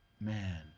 man